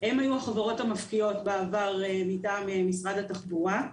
הן היו החברות המפקיעות בעבר מטעם משרד התחבורה.